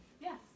Yes